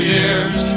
Year's